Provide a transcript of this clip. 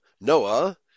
Noah